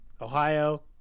Ohio